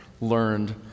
learned